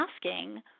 asking